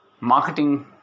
marketing